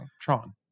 Tron